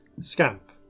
Scamp